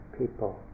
people